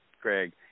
Craig